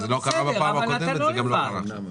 זה לא קרה בפעם הקודמת, וזה לא יקרה גם עכשיו.